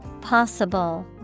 Possible